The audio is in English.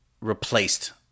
Replaced